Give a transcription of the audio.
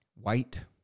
White